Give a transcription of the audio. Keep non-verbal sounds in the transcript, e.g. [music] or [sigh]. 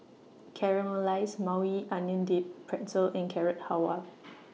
Caramelized Maui Onion Dip Pretzel and Carrot Halwa [noise]